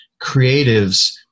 creatives